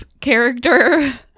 character